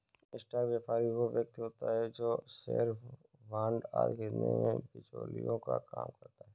stock व्यापारी वो व्यक्ति होता है जो शेयर बांड आदि खरीदने में बिचौलिए का काम करता है